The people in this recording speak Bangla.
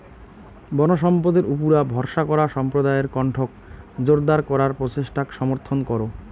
বনসম্পদের উপুরা ভরসা করা সম্প্রদায়ের কণ্ঠক জোরদার করার প্রচেষ্টাক সমর্থন করো